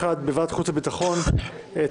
בוועדת החוץ והביטחון,